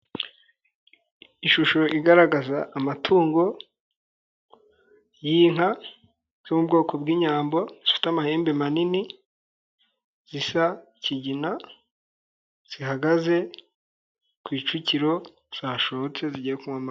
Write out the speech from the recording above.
Ishusho igaragaza amatungo y'inka z'ubwoko bw'inyambo, zifite amahembe manini, zisa nk'ikigina, zihagaze ku icukiro, zashotse zigiye kunywa.